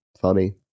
Funny